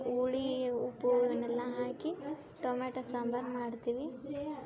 ಹುಳಿ ಉಪ್ಪು ಇವನ್ನೆಲ್ಲ ಹಾಕಿ ಟೊಮೆಟೋ ಸಾಂಬಾರು ಮಾಡ್ತೀವಿ